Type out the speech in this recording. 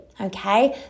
okay